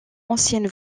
ancienne